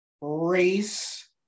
race